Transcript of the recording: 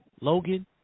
Logan